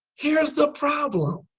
here's the problem.